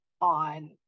on